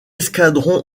escadron